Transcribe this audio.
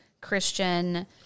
Christian